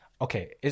Okay